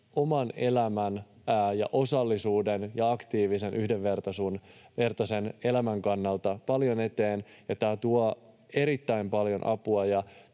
oman elämän ja osallisuuden ja aktiivisen, yhdenvertaisen elämän kannalta paljon eteenpäin, ja tämä tuo erittäin paljon apua